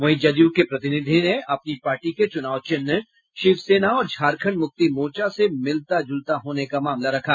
वहीं जदयू के प्रतिनिधि ने अपनी पार्टी के चुनाव चिन्ह शिवसेना और झारखंड मुक्ति मोर्चा से मिलता जुलता होने का मामला रखा